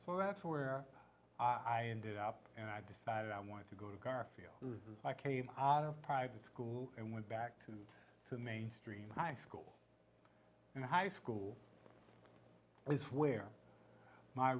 so that's where i ended up i decided i wanted to go to garfield as i came out of private school and went back to to mainstream high school and high school is where my